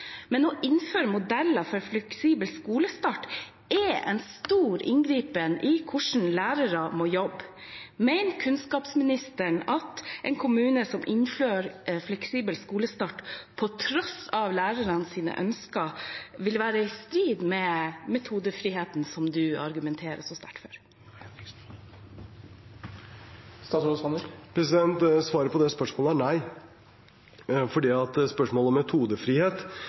Men å innføre modeller for fleksibel skolestart er en stor inngripen i hvordan lærere må jobbe. Mener kunnskapsministeren at en kommune som innfører fleksibel skolestart på tross av lærernes ønsker, ville være i strid med metodefriheten som han argumenterer så sterkt for? Svaret på det spørsmålet er nei – fordi spørsmålet om metodefrihet